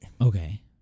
Okay